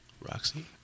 Roxy